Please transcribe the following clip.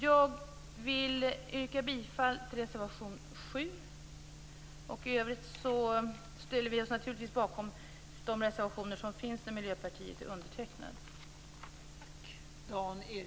Jag yrkar bifall till reservation 7. I övrigt ställer vi oss naturligtvis bakom de reservationer som finns där